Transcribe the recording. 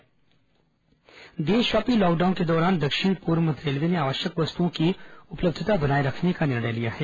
corona railway देशव्यापी lockdown के दौरान दक्षिण पूर्व मध्य रेलवे ने आवश्यक वस्तुओं की उपलब्धता बनाए रखने का निर्णय लिया है